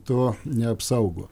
to neapsaugo